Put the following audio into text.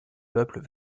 peuples